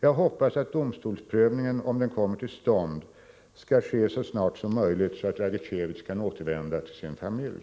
Jag hoppas att domstolsprövningen, om den kommer till stånd, skall ske så snart som möjligt så att Dragicevic kan återvända till sin familj.